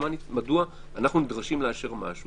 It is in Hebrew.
מדוע אנחנו נדרשים לאשר משהו,